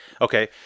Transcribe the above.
Okay